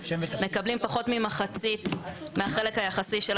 מקבלים פחות ממחצית מהחלק היחסי שלהם בתוך המודל.